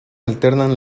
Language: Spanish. alternan